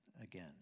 again